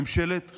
ממשלת חירום,